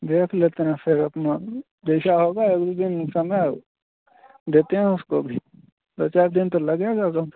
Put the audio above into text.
देख लेते हैं फिर अपना जैसा होगा वह दिन समय देते हैं उसको भी दो चार दिन तो लगेगा